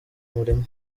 umurimo